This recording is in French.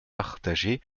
partager